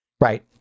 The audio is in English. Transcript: Right